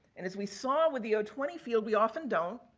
and, as we saw with the twenty field, we often don't.